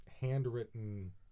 handwritten